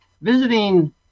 visiting